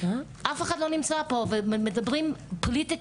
אף אחד לא נמצא פה ומדברים פוליטיקה,